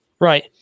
Right